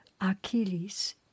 Achilles